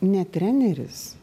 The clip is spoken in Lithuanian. ne treneris